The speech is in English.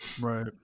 Right